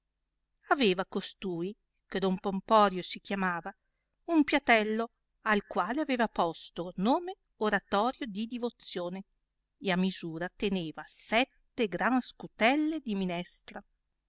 aveva costui che don pomporio si chiamava un piatello al quale aveva posto nome oratorio di divozione e a misura teneva sette gran scutelle di minestra